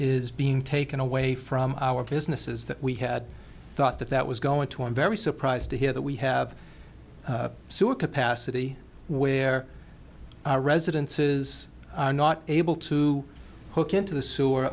is being taken away from our businesses that we had thought that that was going to i'm very surprised to hear that we have sewer capacity where residences are not able to hook into the sewer